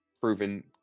proven